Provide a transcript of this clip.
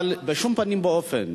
אבל בשום פנים ואופן,